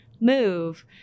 move